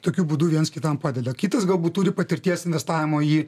tokiu būdu viens kitam padeda kitas galbūt turi patirties investavimo į